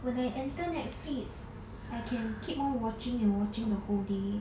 when I enter Netflix I can keep on watching and watching the whole day